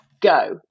go